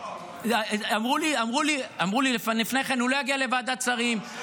לא --- אמרו לי לפני כן: הוא לא יגיע לוועדת שרים,